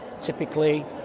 typically